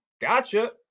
gotcha